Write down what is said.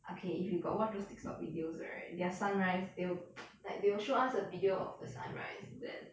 okay if you got watch those tik tok videos right their sunrise they will like they will show us a video of the sunrise then